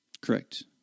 Correct